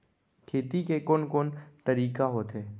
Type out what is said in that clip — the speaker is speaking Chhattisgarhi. खेती के कोन कोन तरीका होथे?